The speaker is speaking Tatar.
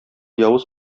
явыз